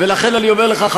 אני אומר לך,